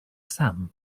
sam